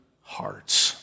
hearts